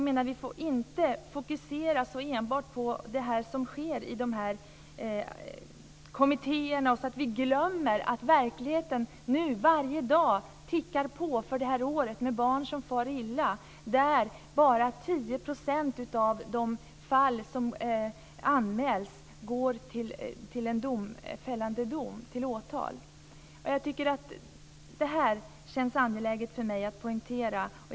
Men vi får inte fokusera enbart på det som sker i kommittéerna, så att vi glömmer att tiden varje dag tickar på med verkligheten det här året, med barn som far illa och där bara 10 % av de fall som anmäls går till åtal. Det känns angeläget för mig att poängtera det här.